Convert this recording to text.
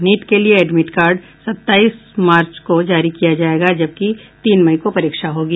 NEET के लिए admit card सत्ताईस मार्च को जारी किया जायेगा जबकि तीन मई को परीक्षा होगी